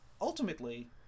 ultimately